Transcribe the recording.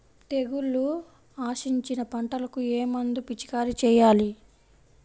తెగుళ్లు ఆశించిన పంటలకు ఏ మందు పిచికారీ చేయాలి?